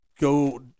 go